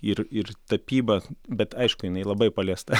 ir ir tapyba bet aišku jinai labai paliesta